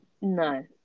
No